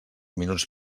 minuts